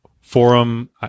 forum